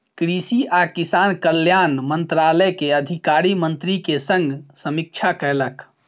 कृषि आ किसान कल्याण मंत्रालय के अधिकारी मंत्री के संग समीक्षा कयलक